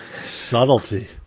Subtlety